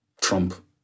Trump